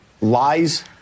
lies